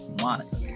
Monica